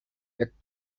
jak